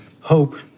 hope